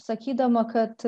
sakydama kad